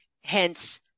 Hence